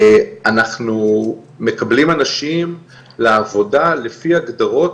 אנחנו מקבלים אנשים לעבודה לפי הגדרות,